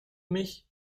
mich